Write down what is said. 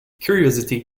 curiosity